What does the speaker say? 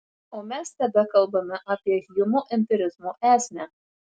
o mes tebekalbame apie hjumo empirizmo esmę